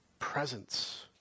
presence